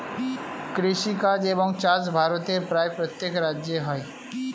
কৃষিকাজ এবং চাষ ভারতের প্রায় প্রত্যেক রাজ্যে হয়